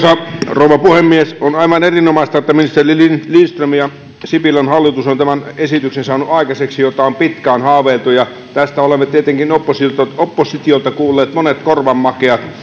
rouva puhemies on aivan erinomaista että ministeri lindström ja sipilän hallitus on saanut aikaiseksi tämän esityksen jota on pitkään haaveiltu ja tästä olemme tietenkin oppositiolta oppositiolta kuulleet monet korvamakeat